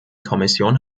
kommission